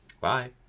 Bye